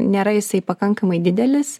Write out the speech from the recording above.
nėra jisai pakankamai didelis